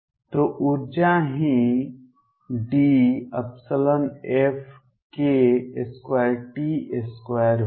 तो ऊर्जा ही DFk2T2 होगी